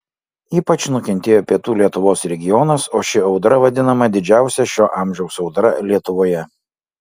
ypač nukentėjo pietų lietuvos regionas o ši audra vadinama didžiausia šio amžiaus audra lietuvoje